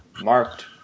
marked